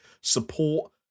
Support